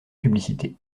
publicités